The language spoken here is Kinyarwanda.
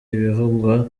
ibivugwa